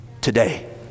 today